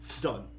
done